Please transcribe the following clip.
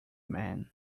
man